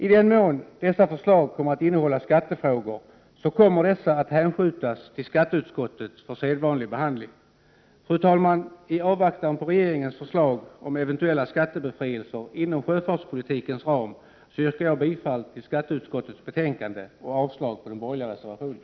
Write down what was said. I den mån förslagen innehåller skattefrågor, kommer dessa att hänskjutas till skatteutskottet för sedvanlig behandling. Fru talman! I avvaktan på regeringens förslag om eventuella skattebefrielser inom sjöfartspolitikens ram yrkar jag bifall till hemställan i skatteutskottets betänkande och avslag på den borgerliga reservationen.